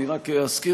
אני רק אזכיר,